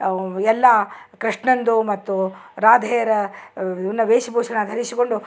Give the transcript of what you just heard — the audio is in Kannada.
ಎಲ್ಲಾ ಕೃಷ್ಣಂದು ಮತ್ತು ರಾಧೆಯರ ಇವ್ನ ವೇಷ ಭೂಷಣ ಧರಿಸಿಕೊಂಡು